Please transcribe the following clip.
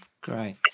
Great